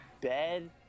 bed